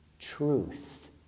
Truth